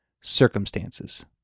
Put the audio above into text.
circumstances